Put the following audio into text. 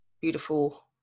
beautiful